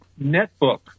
netbook